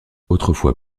autrefois